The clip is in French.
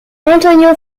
antonio